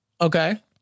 Okay